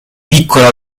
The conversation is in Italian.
piccola